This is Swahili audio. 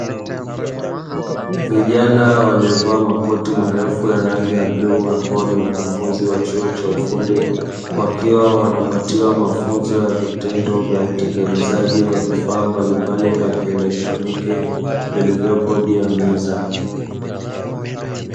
Vijana waliovaa makoti marefu ya rangi ya bluu, ambao ni wanafunzi wa chuo cha ufundi, wakiwa wanapatiwa mafunzo ya vitendo ya utengenezaji wa vifaa mbalimbali vya kielektroniki, vilivyopo juu ya meza.